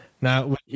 Now